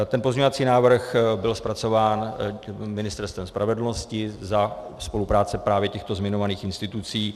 Ten pozměňovací návrh byl zpracován Ministerstvem spravedlnosti za spolupráce právě těchto zmiňovaných institucí.